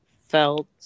felt